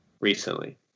recently